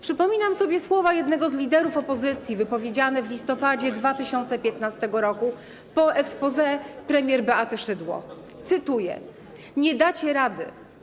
Przypominam sobie słowa jednego z liderów opozycji wypowiedziane w listopadzie 2015 r. po exposé premier Beaty Szydło, cytuję: Nie dacie rady.